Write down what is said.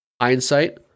Hindsight